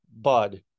Bud